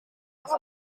waren